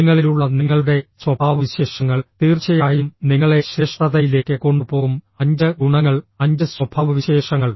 നിങ്ങളിലുള്ള നിങ്ങളുടെ സ്വഭാവവിശേഷങ്ങൾ തീർച്ചയായും നിങ്ങളെ ശ്രേഷ്ഠതയിലേക്ക് കൊണ്ടുപോകും 5 ഗുണങ്ങൾ 5 സ്വഭാവവിശേഷങ്ങൾ